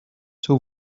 two